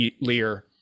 lear